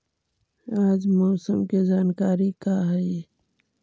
आज मौसम के जानकारी का हई?